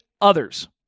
others